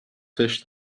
fish